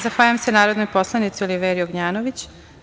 Zahvaljujem se narodnoj poslanici Oliveri Ognjanović.